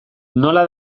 nola